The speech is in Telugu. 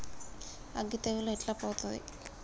అగ్గి తెగులు ఎట్లా పోతది?